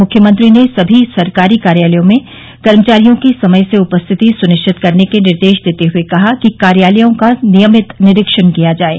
मुख्यमंत्री ने सभी सरकारी कार्यालयों में कर्मचारियों की समय से उपस्थिति सुनिश्चित करने के निर्देश देते हुए कहा कि कार्यालयों का नियमित निरीक्षण किया जाये